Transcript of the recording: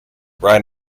right